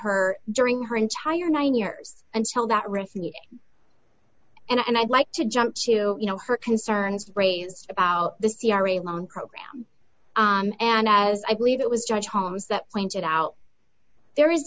her during her entire nine years until that revenue and i'd like to jump to you know her concerns raised about the c r a long program and as i believe it was judge holmes that pointed out there is